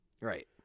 Right